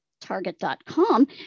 Target.com